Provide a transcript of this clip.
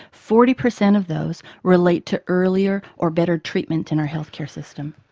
forty percent of those relate to earlier or better treatment in our healthcare system.